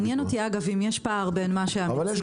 מעניין אותי אם יש פער בין מה שהמשטרה